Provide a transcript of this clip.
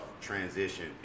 transition